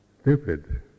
stupid